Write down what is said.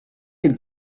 had